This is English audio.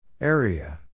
Area